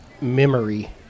memory